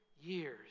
years